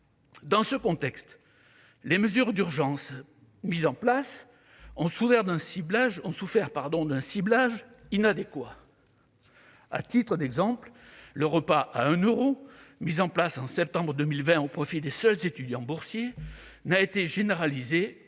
Dans ce contexte, les mesures d'urgence mises en place ont souffert d'un ciblage inadéquat ; à titre d'exemple, le repas à 1 euro, créé en septembre 2020 au profit des seuls étudiants boursiers, n'a été généralisé